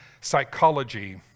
psychology